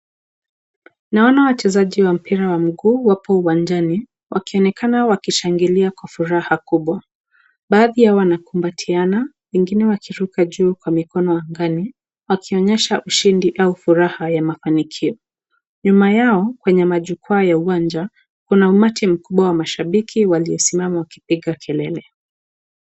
Naona wachezaji wa mpira wa mguu wapo uwanjani wakionekana wakishangilia kwa furaha kubwa, baadhi yao wanakumbatiana wengine wakiruka juu kwa mikono angani wakionyesha ushindi au furaha ya mafanikio. Nyuma yao kwenye jukwaa ya uwanja kuna umati mkubwa wa mashabiki waliosimama wakipiga kelele.